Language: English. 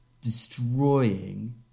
Destroying